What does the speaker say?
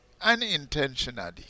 unintentionally